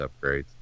upgrades